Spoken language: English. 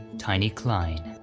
tiny kline.